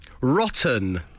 rotten